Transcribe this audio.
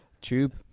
tube